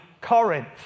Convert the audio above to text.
Corinth